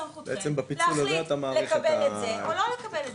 בסמכותכם להחליט אם לקבל את זה או לא לקבל את זה,